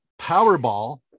Powerball